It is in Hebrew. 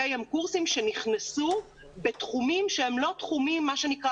הם קורסים שנכנסו בתחומים שהם לא applied,